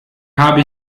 habe